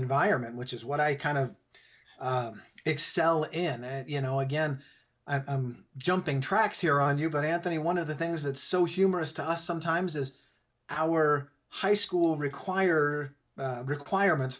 environment which is what i kind of excel in and you know again i'm jumping tracks here on you but anthony one of the things that's so humorous to us sometimes is our high school require requirements